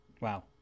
wow